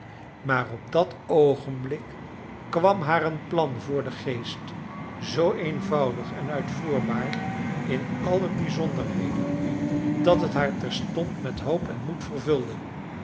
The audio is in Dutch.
maar op dat oogenblik kwam haar een plan voor den geest zoo eenvoudig en uitvoerbaar in alle bijzonderheden dat het haar terstond met hoop en moed vervulde